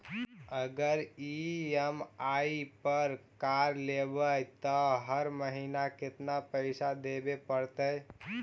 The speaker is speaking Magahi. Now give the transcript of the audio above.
अगर ई.एम.आई पर कार लेबै त हर महिना केतना पैसा देबे पड़तै?